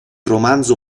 romanzo